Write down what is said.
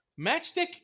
Matchstick